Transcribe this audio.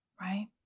right